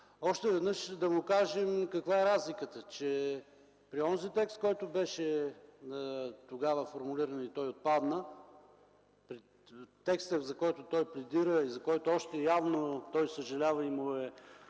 още веднъж да му кажем каква е разликата. При онзи текст, когато беше формулиран, но отпадна, текстът, за който той пледира и за който явно още съжалява, там